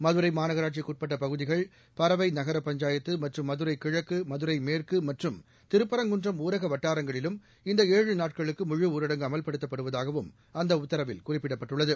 மதுரை மாநகராட்சிக்குட்பட்ட பகுதிகள் பரவை நகரப் பஞ்சாயத்து மற்றும் மதுரை கிழக்கு மதுரை மேற்கு மற்றும் திருப்பரங்குன்றம் ஊரக வட்டாரங்களிலும் இந்த ஏழு நாட்களுக்கு முழுஊரடங்கு அமல்படுத்தப்படுவதாகவும் அந்த உத்தரவில் குறிப்பிடப்பட்டுள்ளது